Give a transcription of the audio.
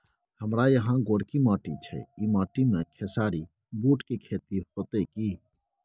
हमारा यहाँ गोरकी माटी छै ई माटी में खेसारी, बूट के खेती हौते की?